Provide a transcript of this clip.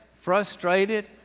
frustrated